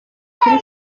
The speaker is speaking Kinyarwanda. kuri